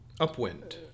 Upwind